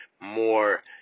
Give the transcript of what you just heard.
more